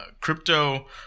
Crypto